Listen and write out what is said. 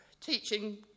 teaching